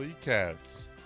cats